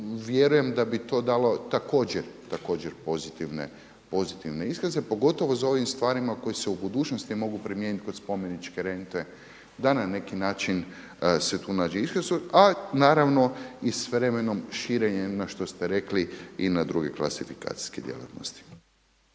vjerujem da bi to dalo također pozitivne iskaze pogotovo za ovim stvarima koji se u budućnosti mogu primijeniti kod spomeničke rente da na neki način se tu nađe iskaz a naravno s vremenom širenje što ste rekli i na druge klasifikacijske djelatnosti.